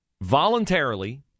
voluntarily